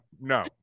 no